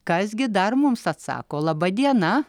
kas gi dar mums atsako laba diena